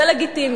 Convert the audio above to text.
זה לגיטימי,